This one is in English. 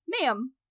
ma'am